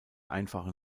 einfachen